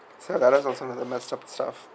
so that's also another messed up stuff